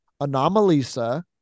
Anomalisa